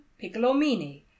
Piccolomini